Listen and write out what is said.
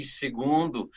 segundo